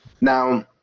now